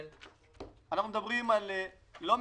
לרבות לצורך